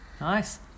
Nice